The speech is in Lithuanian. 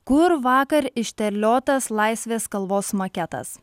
kur vakar išterliotas laisvės kalvos maketas